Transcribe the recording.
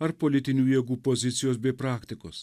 ar politinių jėgų pozicijos bei praktikos